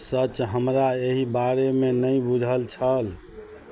सच हमरा एहि बारेमे नहि बुझल छल